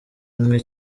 umwe